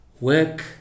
work